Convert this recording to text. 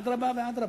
אדרבה ואדרבה,